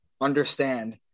understand